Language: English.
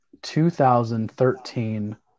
2013